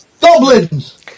Goblins